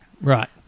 Right